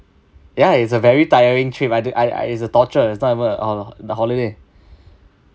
ya it's a very tiring trip I di~ I I is a torture is not even a ho~ the holiday